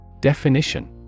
Definition